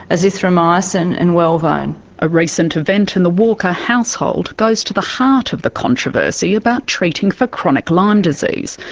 azithromycin and wellvone. a recent event in the walker household goes to the heart of the controversy about treating for chronic lyme disease,